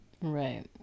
right